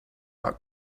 dark